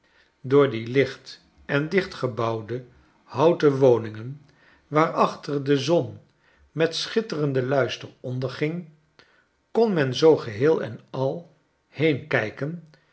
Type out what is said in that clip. door die licht en dicht gebouwdehouten woningen waarachter de zon met schitterenden luister onderging kon men zoo geheel en al